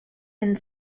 and